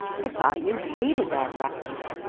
i thought you hated that record.